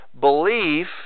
belief